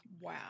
Wow